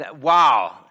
Wow